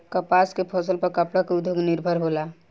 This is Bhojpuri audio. कपास के फसल पर कपड़ा के उद्योग निर्भर होला